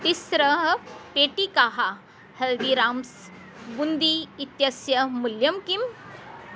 तिस्रः पेटिकाः हल्दिराम्स् बुन्दी इत्यस्य मूल्यं किम्